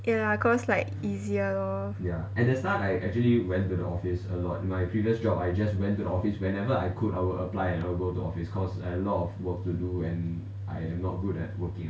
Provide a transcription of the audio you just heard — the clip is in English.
ya cause like easier lor